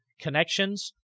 connections